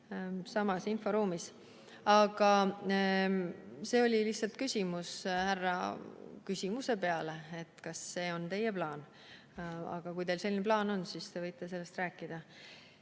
samas inforuumis. Aga see oli lihtsalt küsimus härra küsimuse peale, et kas see on teie plaan. Kui teil selline plaan on, siis te võite sellest rääkida.